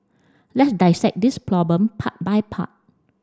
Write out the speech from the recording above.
let's dissect this problem part by part